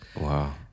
Wow